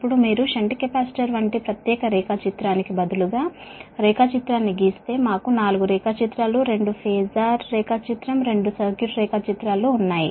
ఇప్పుడు మీరు shunt capacitor వంటి ప్రత్యేక డయాగ్రమ్ కి బదులుగా డయాగ్రమ్ గీస్తే మాకు 4 డయాగ్రమ్లు రెండు ఫెజార్ డయాగ్రమ్లు రెండు సర్క్యూట్ డయాగ్రమ్లు ఉన్నాయి